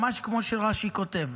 ממש כמו שרש"י כותב,